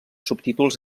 subtítols